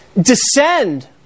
descend